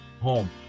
home